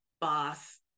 boss